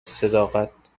صداقت